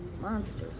monsters